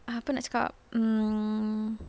apa nak cakap mm